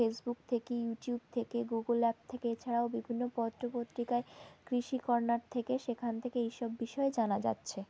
Facebook থেকে YouTube থেকে Google app থেকে এছাড়াও বিভিন্ন পত্র পত্রিকায় কৃষি কর্ণার থেকে সেখান থেকে এই সব বিষয়ে জানা যাচ্ছে